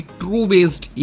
true-based